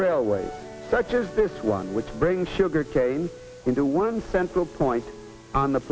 railway such as this one which brings sugarcane into one central point on the